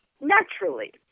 naturally